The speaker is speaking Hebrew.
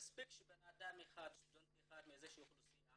מספיק שסטודנט אחד מאיזו שהיא אוכלוסייה